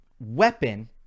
weapon